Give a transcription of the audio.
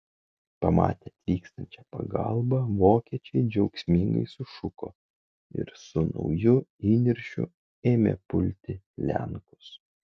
pamatę atvykstančią pagalbą vokiečiai džiaugsmingai sušuko ir su nauju įniršiu ėmė pulti lenkus